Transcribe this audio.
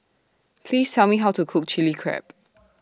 Please Tell Me How to Cook Chili Crab